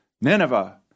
Nineveh